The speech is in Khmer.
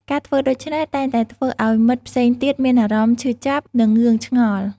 ការធ្វើដូច្នេះតែងតែធ្វើឱ្យមិត្តផ្សេងទៀតមានអារម្មណ៍ឈឺចាប់ និងងឿងឆ្ងល់។